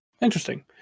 interesting